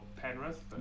Penrith